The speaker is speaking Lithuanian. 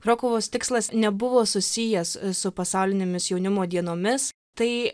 krokuvos tikslas nebuvo susijęs su pasaulinėmis jaunimo dienomis tai